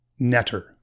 Netter